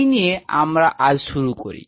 এই নিয়ে আমরা আজ শুরু করি